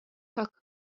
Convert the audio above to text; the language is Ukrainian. так